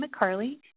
McCarley